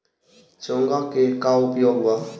चोंगा के का उपयोग बा?